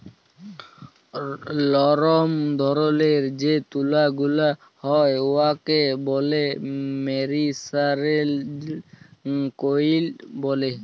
লরম ধরলের যে তুলা গুলা হ্যয় উয়াকে ব্যলে মেরিসারেস্জড কটল ব্যলে